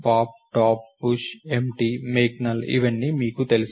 pop top push empty make null ఇవన్నీ మనకు తెలుసు